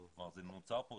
כלומר, נוצר כאן